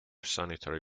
sanitary